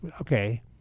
okay